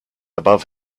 above